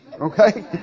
okay